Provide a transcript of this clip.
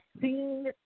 seen